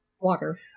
Water